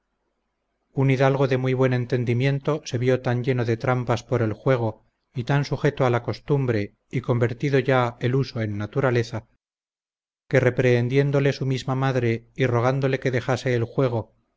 un hidalgo de muy buen entendimiento se vió tan lleno de trampas por el juego y tan sujeto a la costumbre y convertido ya el uso en naturaleza que reprehendiéndole su misma madre y rogándole que dejase el juego